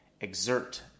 exert